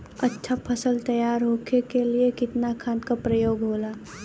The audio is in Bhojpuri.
अच्छा फसल तैयार होके के लिए कितना खाद के प्रयोग होला?